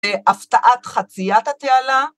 ‫הפתעת חציית התעלה...